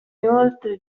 inoltre